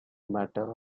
matter